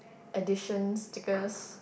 edition stickers